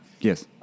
Yes